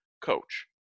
coach